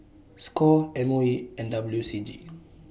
SCORE M O E and W C G